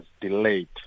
delayed